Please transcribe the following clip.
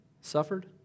suffered